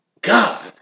God